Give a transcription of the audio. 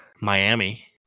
Miami